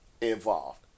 involved